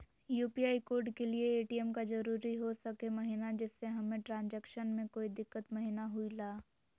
UPI code के लिए ATM का जरूरी हो सके महिना जिससे हमें ट्रांजैक्शन में कोई दिक्कत महिना हुई ला?